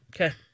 Okay